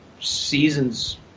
seasons